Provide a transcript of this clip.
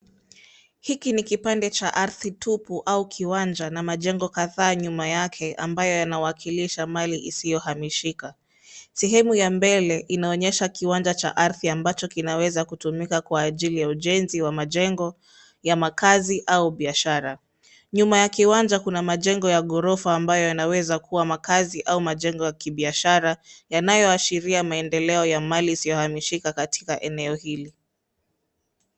Hiki ni kipande cha ardhi tupu au kiwanja na majengo kadhaa nyuma yake ambayo yanawakilisha mali isiyohamishika. Sehemu ya mbele inaonyesha kiwanja cha ardhi ambacho kinaweza kutumika kwa ajili ya ujenzi wa majengo ya makazi au biashara. Nyuma ya kiwanja kuna majengo ya ghorofa ambayo yanaweza kuwa makazi au majengo ya kibiashara yanayoashiria maendeleo ya mali isiyohamishika katika eneo hili.